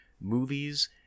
movies